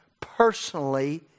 personally